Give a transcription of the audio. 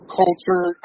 culture